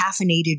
caffeinated